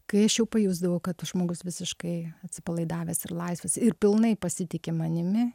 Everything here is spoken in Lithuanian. kai aš jau pajusdavau kad žmogus visiškai atsipalaidavęs ir laisvas ir pilnai pasitiki manimi